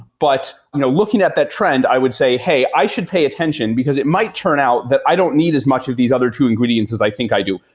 but you know looking at that trend, i would say, hey, i should pay attention, because it might turn out that i don't need as much of these other two ingredients as i think i do.